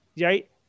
Right